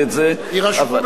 יירשמו מחיאות הכפיים.